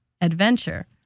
adventure